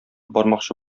бармакчы